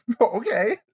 Okay